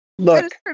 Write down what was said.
look